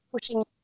pushing